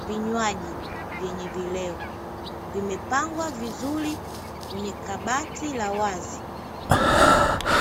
vinywaji vyenye vileo, vimepangwa vizuri kwenye kabati la wazi.